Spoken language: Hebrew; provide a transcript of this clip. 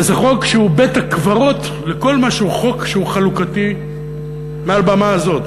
וזה חוק שהוא בית-הקברות לכל מה שהוא חוק שהוא חלוקתי מעל במה זו,